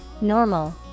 normal